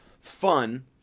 fun